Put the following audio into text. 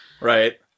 Right